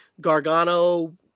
gargano